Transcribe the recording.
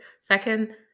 second